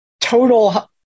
total